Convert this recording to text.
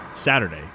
Saturday